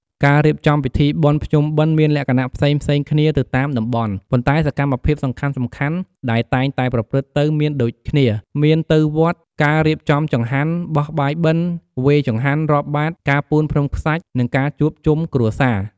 ការរៀបចំពិធីបុណ្យភ្ជុំបិណ្ឌ មានលក្ខណៈផ្សេងៗគ្នាទៅតាមតំបន់ ប៉ុន្តែសកម្មភាពសំខាន់ៗដែលតែងតែប្រព្រឹត្តទៅមានដូចគ្នា មាន ទៅវត្ត ការរៀបចំចង្ហាន់ បោះបាយបិណ្ឌ វេរចង្ហាន់ រាប់បាត្រ ការពូនភ្នំខ្សាច់ និង ការជួបជុំគ្រួសារ។